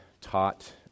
taught